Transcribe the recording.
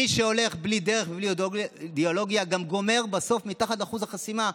מי שהולך בלי דרך ובלי אידיאולוגיה גם גומר בסוף מתחת לאחוז החסימה,